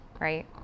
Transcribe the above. Right